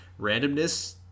randomness